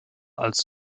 als